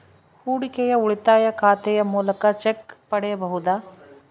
ಹೂಡಿಕೆಯ ಉಳಿತಾಯ ಖಾತೆಯ ಮೂಲಕ ಚೆಕ್ ಪಡೆಯಬಹುದಾ?